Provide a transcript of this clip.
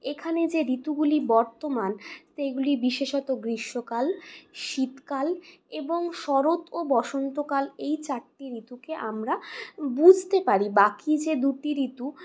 এখানে যে ঋতুগুলি বর্তমান সেইগুলি বিশেষত গ্রীষ্মকাল শীতকাল এবং শরৎ ও বসন্তকাল এই চারটি ঋতুকে আমরা বুঝতে পারি বাকি যে দুটি ঋতু